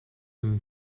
een